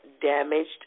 damaged